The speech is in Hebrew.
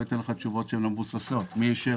אענה לך תשובות לא מבוססות על מי אישר.